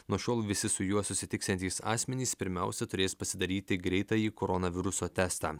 nuo šiol visi su juo susitiksiantys asmenys pirmiausia turės pasidaryti greitąjį koronaviruso testą